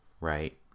right